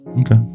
Okay